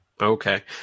Okay